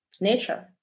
nature